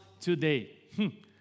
today